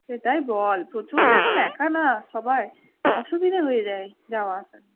সেটাই বল প্রচন্ড এখন একা না সবাই অসুবিধে হয়ে যায় যাওয়া আসা নিয়ে